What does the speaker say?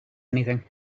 anything